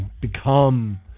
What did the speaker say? become